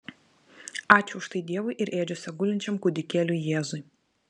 ačiū už tai dievui ir ėdžiose gulinčiam kūdikėliui jėzui